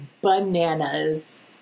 bananas